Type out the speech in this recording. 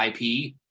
IP